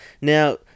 Now